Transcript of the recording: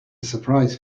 surprise